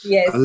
Yes